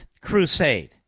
crusade